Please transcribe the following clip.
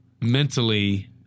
mentally